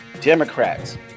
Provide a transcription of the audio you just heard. Democrats